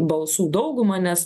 balsų dauguma nes